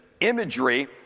imagery